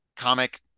comic